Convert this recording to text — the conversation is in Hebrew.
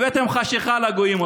הבאתם חשכה לגויים,